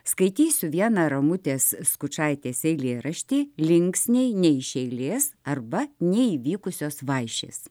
skaitysiu vieną ramutės skučaitės eilėraštį linksniai ne iš eilės arba neįvykusios vaišės